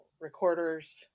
recorders